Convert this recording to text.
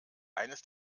eines